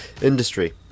industry